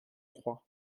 trois